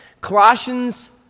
Colossians